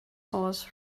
horse